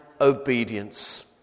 obedience